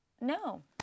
No